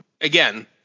again